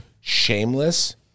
Shameless